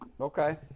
Okay